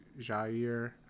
Jair